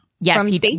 Yes